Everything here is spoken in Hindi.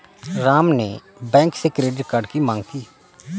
राम ने बैंक से क्रेडिट कार्ड की माँग की